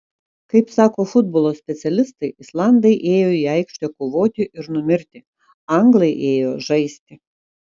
kaip sako futbolo specialistai islandai ėjo į aikštę kovoti ir numirti anglai ėjo žaisti